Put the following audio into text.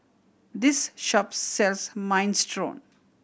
this shop sells Minestrone